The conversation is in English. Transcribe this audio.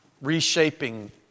reshaping